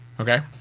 Okay